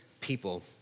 people